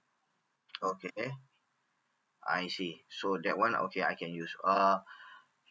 okay I see so that one okay I can use err